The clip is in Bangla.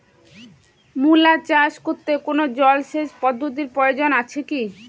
মূলা চাষ করতে কোনো জলসেচ পদ্ধতির প্রয়োজন আছে কী?